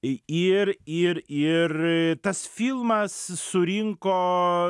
i ir ir ir tas filmas surinko